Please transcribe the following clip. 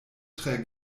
tre